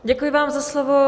Děkuji vám za slovo.